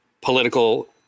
political